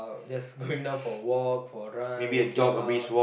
there's going down for a walk for a run working out